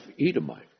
Edomite